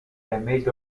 damaged